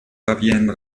fabienne